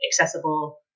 accessible